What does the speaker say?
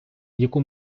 яку